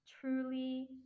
truly